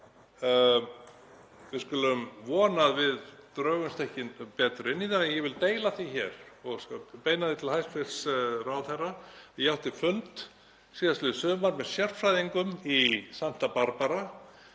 Við skulum vona að við drögumst ekki betur inn í það. En ég vil deila því hér og beina því til hæstv. ráðherra að ég átti fund síðastliðið sumar með sérfræðingum í Santa Barbara